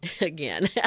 again